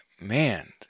man